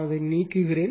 அதை நீக்குகிறேன்